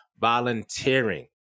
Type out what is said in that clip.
volunteering